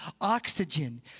oxygen